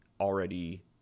already